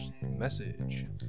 message